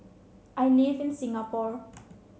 I live in Singapore